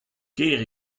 ker